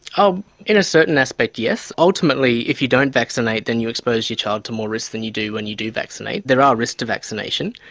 um in a certain aspect, yes. ultimately, if you don't vaccinate then you expose your child to more risk than you do when you do vaccinate. there are risks to vaccination.